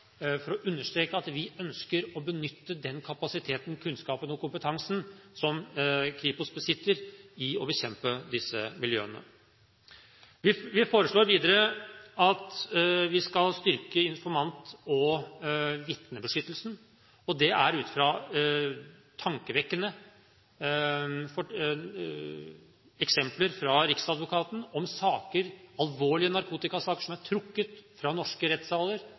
for å understreke at vi ønsker å benytte den kapasiteten, kunnskapen og kompetansen som Kripos besitter, i å bekjempe disse miljøene. Vi foreslår videre at vi skal styrke informant- og vitnebeskyttelsen, og det er ut fra tankevekkende eksempler fra riksadvokaten om alvorlige narkotikasaker som er trukket fra norske rettssaler